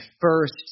first